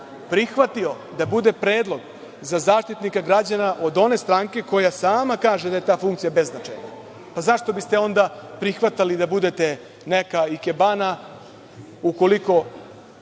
prihvatio da bude predlog za Zaštitnika građana od one stranke koja sama kaže da je ta funkcija bez značaja. Zašto biste onda prihvatali da budete neka ikebana ukoliko